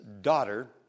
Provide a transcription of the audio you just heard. daughter